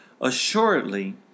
Assuredly